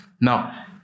Now